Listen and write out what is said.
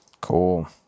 Cool